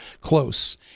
close